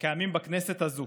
קיימים בכנסת הזאת